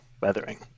weathering